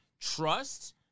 trust